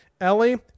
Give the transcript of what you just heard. Ellie